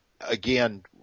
again